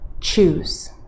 choose